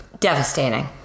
Devastating